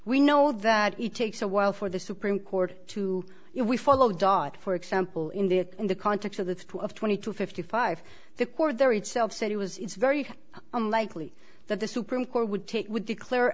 we know that it takes a while for the supreme court to if we follow dart for example in the in the context of the two of twenty to fifty five the court there itself said it was it's very unlikely that the supreme court would take would declare